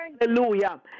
hallelujah